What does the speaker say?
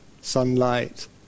sunlight